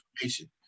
information